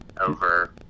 over